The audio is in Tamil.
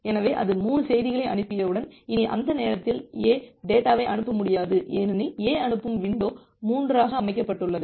எனவே அது 3 செய்திகளை அனுப்பியவுடன்இனி அந்த நேரத்தில் A டேட்டாவைஅனுப்ப முடியாது ஏனெனில் A அனுப்பும் விண்டோ 3 ஆக அமைக்கப்பட்டுள்ளது